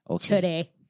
Today